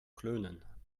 klönen